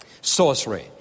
sorcery